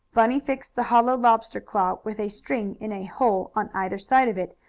bunny fixed the hollow lobster claw, with a string in a hole on either side of it,